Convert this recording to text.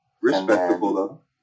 Respectable